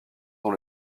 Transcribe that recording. dont